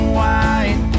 white